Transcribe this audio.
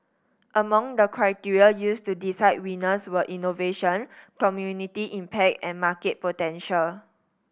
among the criteria used to decide winners were innovation community impact and market potential